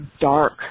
dark